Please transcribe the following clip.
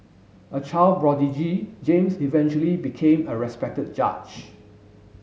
a child prodigy James eventually became a respected judge